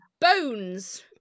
bones